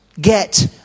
get